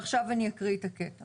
אקריא עכשיו את הקטע